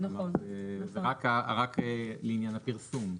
זה רק לעניין הפרסום.